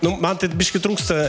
nu man tai biškį trūksta